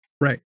right